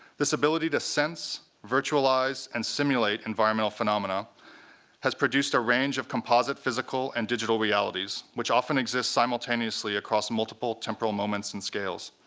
this ability to sense, virtualise, and simulate environmental phenomena has produced a range of composite physical and digital realities which often exists simultaneously across multiple temporal moments and scales.